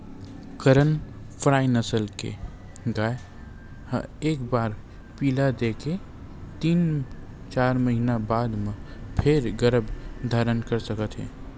करन फ्राइ नसल के गाय ह एक बार पिला दे के तीन, चार महिना बाद म फेर गरभ धारन कर सकत हे